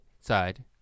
side